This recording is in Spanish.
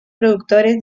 productores